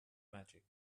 magic